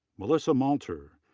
melissa malter,